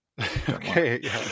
Okay